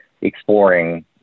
exploring